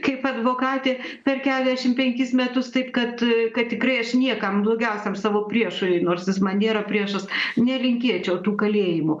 kaip advokatė per keliasšim penkis metus taip kad kad tikrai aš niekam blogiausiam savo priešui nors jis man nėra priešas nelinkėčiau tų kalėjimų